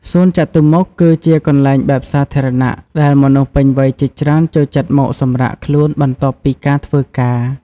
សួនចតុមុខ គឺជាកន្លែងបែបសាធារណៈ ដែលមនុស្សពេញវ័យជាច្រើនចូលចិត្តមកសម្រាកខ្លួន បន្ទាប់ពីការធ្វើការ។